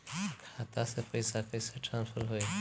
खाता से पैसा कईसे ट्रासर्फर होई?